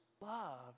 love